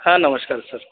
हां नमश्कार सर